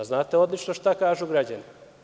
Znate odlično šta kažu građani.